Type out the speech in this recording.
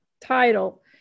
title